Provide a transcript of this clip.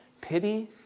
Pity